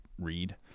read